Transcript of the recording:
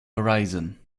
horizon